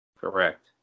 Correct